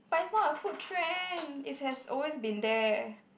but it's not a food trend it has always been there